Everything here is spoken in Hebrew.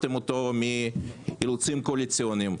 מאילוצים קואליציוניים.